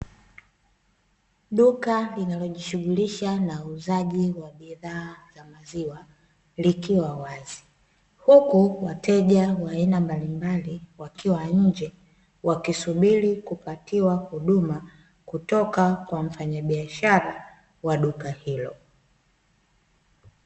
Duka linalojishughulisha na uuzaji wa bidhaa za maziwa likiwa wazi, huku wateja wa aina mbalimbali wakiwa nje wakisubiri kupatiwa huduma, kutoka kwa mfanyabiashara wa duka hilo.